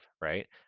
right